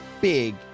big